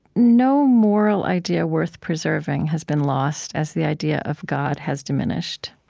no moral idea worth preserving has been lost as the idea of god has diminished.